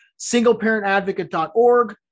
Singleparentadvocate.org